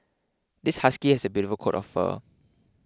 this husky has a beautiful coat of fur